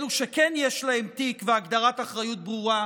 אלו שכן יש להם תיק והגדרת אחריות ברורה,